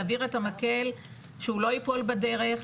להעביר את המקל שהוא לא ייפול בדרך,